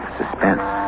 suspense